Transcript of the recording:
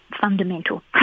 fundamental